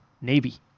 Navy